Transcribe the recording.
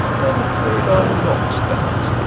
i'm afraid i'm not that.